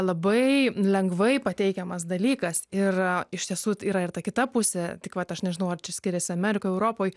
labai lengvai pateikiamas dalykas ir iš tiesų yra ir ta kita pusė tik vat aš nežinau ar čia skiriasi amerika europoj